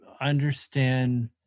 understand